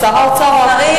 שר האוצר או הפקידים?